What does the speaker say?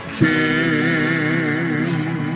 king